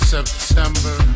September